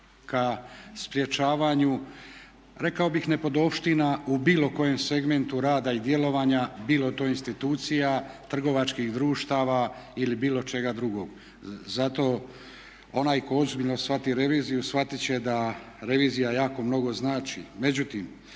ka sprječavanju rekao bih nepodopština u bilo kojem segmentu rada i djelovanja bilo to institucija, trgovačkih društava ili bilo čega drugog. Zato onaj tko ozbiljno shvati reviziju shvatit će da revizija jako mnogo znači.